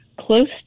close